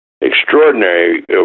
extraordinary